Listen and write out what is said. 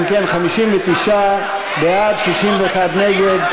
אם כן, 59 בעד, 61 נגד.